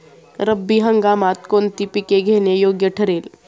रब्बी हंगामात कोणती पिके घेणे योग्य ठरेल?